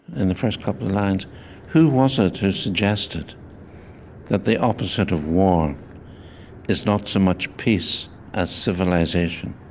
in the first couple of lines who was it who suggested that the opposite of war is not so much peace as civilization?